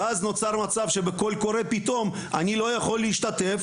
ואז נוצר מצב שבקול קורא פתאום אני לא יכול להשתתף,